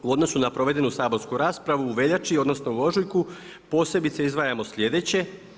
U odnosu na provedenu saborsku raspravu u veljači odnosno u ožujku, posebice izdvajamo sljedeće.